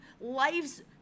life's